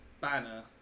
banner